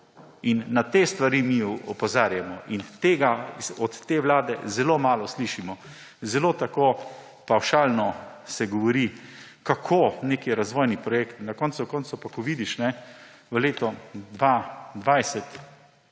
Na te stvari mi opozarjamo in tega od te vlade zelo malo slišimo. Zelo tako pavšalno se govori, kako nek razvojni projekt, na koncu koncev pa, ko vidiš, v letu 2020